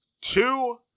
two